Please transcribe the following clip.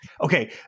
Okay